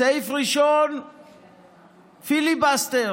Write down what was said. סעיף ראשון: פיליבסטר,